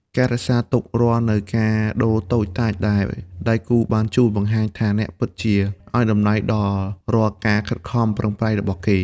ការរក្សាទុកនូវរាល់កាដូតូចតាចដែលដៃគូបានជូន បង្ហាញថាអ្នកពិតជាឱ្យតម្លៃដល់រាល់ការខិតខំប្រឹងប្រែងរបស់គេ។